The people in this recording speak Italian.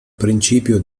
principio